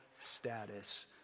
Status